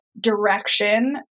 direction